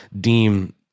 deem –